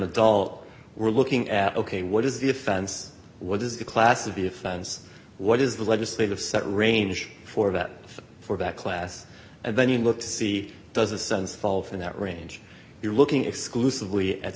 adult we're looking at ok what is the offense what is the class of the offense what is the legislative set range for that for back class and then you look to see does a sense fall from that range you're looking exclusively at